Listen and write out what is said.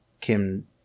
Kim